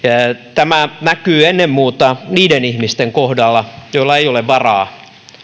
tämä näkyy ennen muuta niiden ihmisten kohdalla joilla ei ole varaa